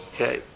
Okay